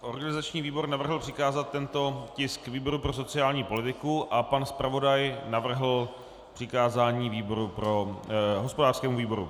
Organizační výbor navrhl přikázat tento tisk výboru pro sociální politiku a pan zpravodaj navrhl přikázání hospodářskému výboru.